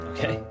Okay